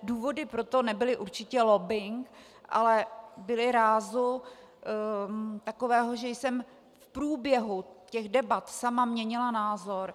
Důvody pro to nebyly určitě lobbing, ale byly rázu takového, že jsem v průběhu debat sama měnila názor.